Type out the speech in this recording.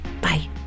Bye